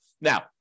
Now